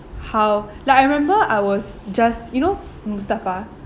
how like I remember I was just you know mustafa